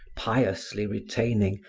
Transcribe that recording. piously retaining,